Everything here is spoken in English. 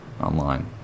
online